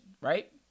right